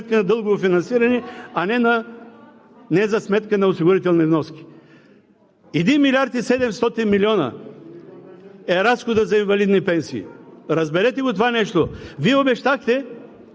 за сметка на дългово финансиране, а не за сметка на осигурителни вноски. Един милиард и 700 милиона е разходът за инвалидни пенсии. Разберете го това нещо. Вие обещахте,